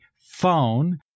phone